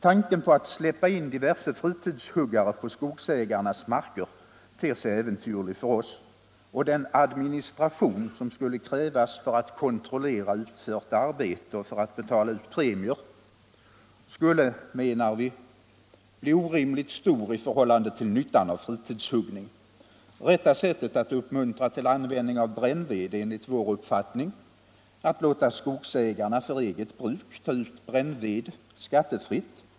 Tanken på att släppa in diverse fritidshuggare på skogsägarnas marker ter sig äventyrlig för oss, och den administration som skulle krävas för att kontrollera utfört arbete och betala ut premier skulle, menar vi, bli orimligt stor i förhållande till nyttan av fritidshuggning. Rätta sättet att uppmuntra till användning av brännved är enligt vår uppfattning att låta skogsägarna för eget bruk ta ut brännved skattefritt.